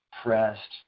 pressed